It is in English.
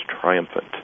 Triumphant